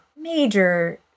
major